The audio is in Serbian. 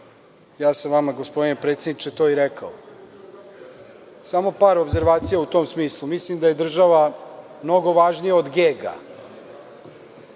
vama sam to gospodine predsedniče i rekao. Samo par opservacija u tom smislu. Mislim da je država mnogo važnija od gega